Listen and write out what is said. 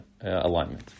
alignment